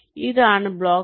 ഇതാണ് block B1 B2 B3